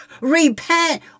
Repent